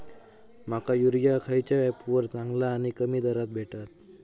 माका युरिया खयच्या ऍपवर चांगला आणि कमी दरात भेटात?